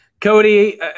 Cody